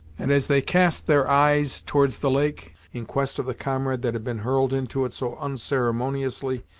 and, as they cast their eyes towards the lake, in quest of the comrade that had been hurled into it so unceremoniously,